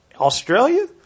Australia